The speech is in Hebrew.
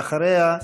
ואחריה,